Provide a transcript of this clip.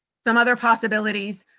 some other possibilities,